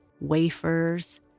wafers